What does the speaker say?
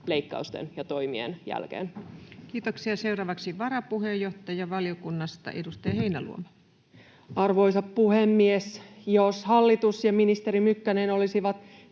leikkausten ja toimien jälkeen? Kiitoksia. — Seuraavaksi varapuheenjohtaja valiokunnasta, edustaja Heinäluoma. Arvoisa puhemies! Jos hallitus ja ministeri Mykkänen olisivat